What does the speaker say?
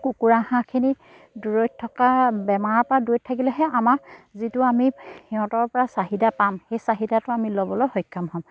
কুকুৰা হাঁহখিনি দূৰত থকা বেমাৰৰপৰা দূৰত থাকিলেহে আমাক যিটো আমি সিহঁতৰপৰা চাহিদা পাম সেই চাহিদাটো আমি ল'বলৈ সক্ষম হ'ম